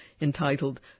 entitled